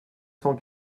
cent